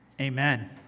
Amen